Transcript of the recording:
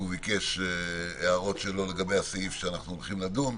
והוא ביקש הערות שלו לגבי הסעיף שעליו אנחנו הולכים לדון.